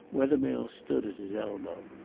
wethermill stood at his elbow.